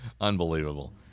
Unbelievable